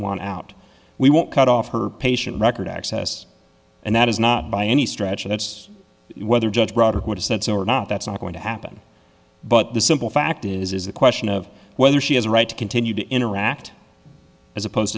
want out we want cut off her patient record access and that is not by any stretch it's whether judge broader what is said so or not that's not going to happen but the simple fact is is the question of whether she has a right to continue to interact as opposed